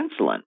insulin